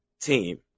team